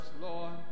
Lord